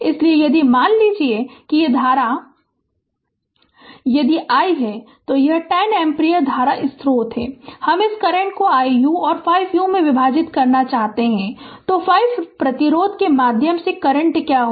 इसलिए यदि मान लीजिए कि ये धाराएँ मान लें कि यदि यह i है तो यह 10 एम्पीयर धारा स्रोत है हम इस करंट को 1 Ù और 5 Ù में विभाजित करना चाहते है तो 5 प्रतिरोध के माध्यम से करंट क्या है